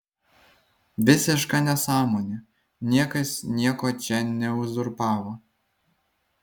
visiška nesąmonė niekas nieko čia neuzurpavo